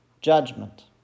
judgment